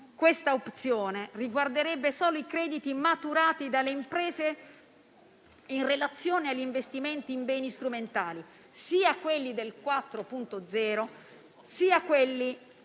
Questa opzione riguarderebbe solo i crediti maturati dalle imprese in relazione agli investimenti in beni strumentali, sia quelli del 4.0 sia quelli